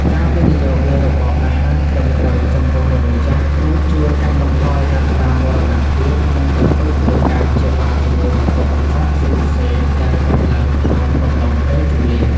ការវិនិយោគលើរបបអាហារត្រឹមត្រូវចំពោះមនុស្សចាស់ នឹងជួយកាត់បន្ថយអត្រាមរណភាព និងបន្ទុកនៃការព្យាបាលជំងឺបន្ទាប់បន្សំផ្សេងៗដែលកើតឡើងក្នុងកំឡុងពេលជម្លៀស។